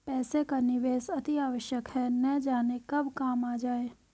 पैसे का निवेश अतिआवश्यक है, न जाने कब काम आ जाए